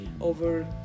over